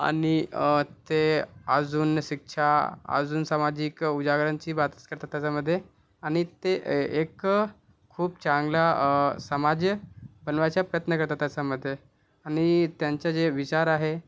आणि ते अजून शिक्षा अजून सामाजिक उजागरनची बातच करतात त्याच्यामध्ये आणि ते एक खूप चांगला समाज बनवायचा प्रयत्न करतात त्याच्यामध्ये आणि त्यांचा जे विचार आहे